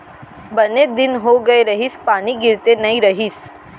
बने दिन हो गए रहिस, पानी गिरते नइ रहिस